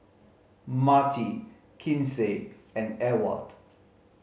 Marti Kinsey and Ewald